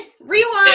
Rewind